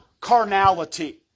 carnality